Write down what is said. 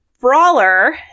Brawler